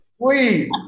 Please